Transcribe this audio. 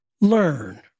Learn